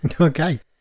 Okay